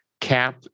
Cap